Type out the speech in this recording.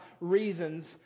reasons